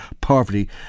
poverty